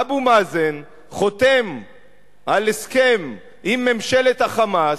אבו מאזן חותם על הסכם עם ממשלת ה"חמאס".